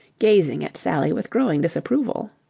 gazing at sally with growing disapproval.